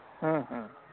ᱦᱮᱸ ᱦᱮᱸ